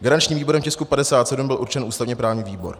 Garančním výborem tisku 57 byl určen ústavněprávní výbor.